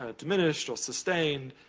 ah diminished or sustained.